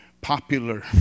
popular